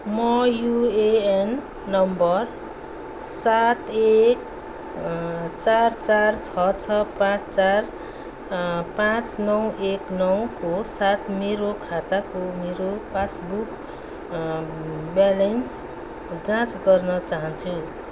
म युएएन नम्बर सात एक चार चार छ छ पाँच चार पाँच नौ एक नौ को साथ मेरो खाताको मेरो पासबुक ब्यालेन्स जाँच गर्न चाहन्छु